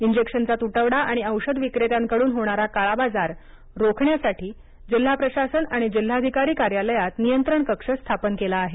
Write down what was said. इंजेक्शनचा तटवडा आणि औषध विक्रेत्यांकडन होणारा काळाबाजार रोखण्यासाठी जिल्हा प्रशासन आणि जिल्हाधिकारी कार्यालयात नियंत्रण कक्ष स्थापन केला आहे